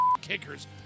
kickers